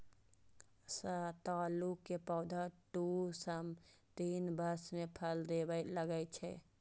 सतालू के पौधा दू सं तीन वर्ष मे फल देबय लागै छै